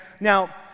Now